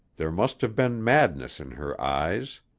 there must have been madness in her eyes.